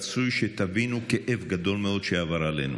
רצוי שתבינו כאב גדול מאוד שעבר עלינו.